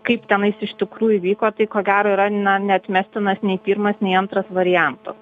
kaip tenais iš tikrųjų vyko tai ko gero yra na neatmestinas nei pirmas nei antras variantas